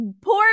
poor